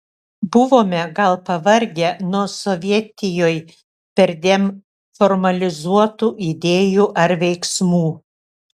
buvome gal pavargę nuo sovietijoj perdėm formalizuotų idėjų ar veiksmų